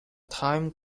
time